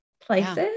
places